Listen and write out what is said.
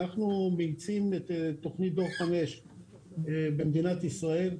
אנחנו מאיצים את תוכנית דור 5 במדינת ישראל,